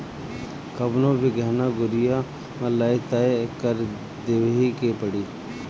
कवनो भी गहना गुरिया लअ तअ कर देवही के पड़ी